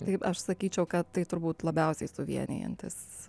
taip aš sakyčiau kad tai turbūt labiausiai suvienijantis